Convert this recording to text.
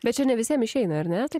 bet čia ne visiem išeina ar ne taip